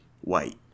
white